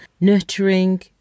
nurturing